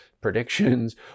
predictions